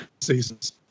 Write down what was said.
seasons